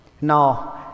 no